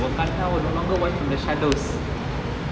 wakanda will no longer watch from the shadows